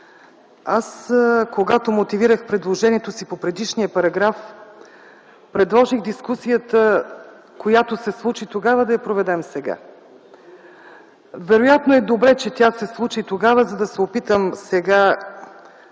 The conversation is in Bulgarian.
Когато мотивирах предложението си по предишния параграф, предложих дискусията, която се случи тогава, да я проведем сега. Вероятно е добре, че тя се случи тогава, за да се опитам сега,